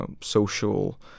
social